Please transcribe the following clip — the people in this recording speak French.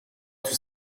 tout